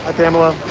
ah pamela